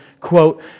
quote